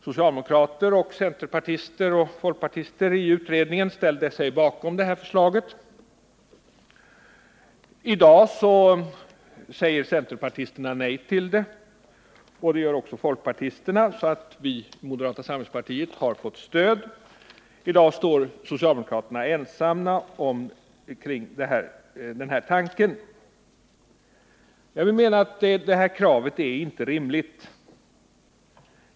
Socialdemokrater, centerpartister och folkpartister i utredningen ställde sig bakom detta förslag. I dag säger centerpartisterna nej till det, och det gör också folkpartisterna. Vi i moderata samlingspartiet har därigenom fått stöd för vår uppfattning, och i dag står socialdemokraterna ensamma bakom denna tanke. Jag menar att detta krav inte är rimligt.